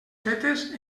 fetes